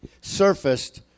surfaced